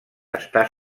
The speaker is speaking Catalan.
està